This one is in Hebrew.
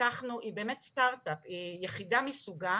פיתחנו היא באמת סטארט אפ והיא יחידה מסוגה.